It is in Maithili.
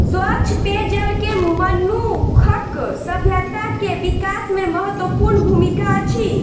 स्वच्छ पेयजल के मनुखक सभ्यता के विकास में महत्वपूर्ण भूमिका अछि